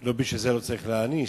לא בגלל זה לא צריך להעניש,